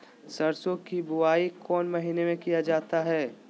सरसो की बोआई कौन महीने में किया जाता है?